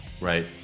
Right